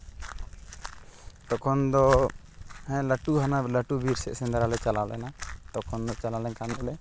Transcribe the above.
ᱛᱚᱠᱷᱚᱱ ᱫᱚ ᱦᱮᱸ ᱞᱟᱹᱴᱩ ᱦᱟᱱᱟ ᱞᱟᱹᱴᱩ ᱵᱤᱨ ᱥᱮᱫ ᱥᱮᱸᱫᱽᱨᱟ ᱞᱮ ᱪᱟᱞᱟᱣ ᱞᱮᱱᱟ ᱛᱚᱠᱷᱚᱱ ᱫᱚ ᱪᱟᱞᱟᱣ ᱞᱮᱱ ᱠᱷᱟᱱ ᱫᱚᱞᱮ